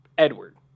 Edward